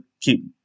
keep